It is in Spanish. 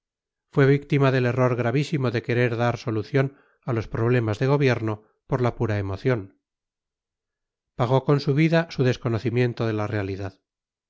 fue víctima del error gravísimo de querer dar solución a los problemas de gobierno por la pura emoción pagó con su vida su desconocimiento de la realidad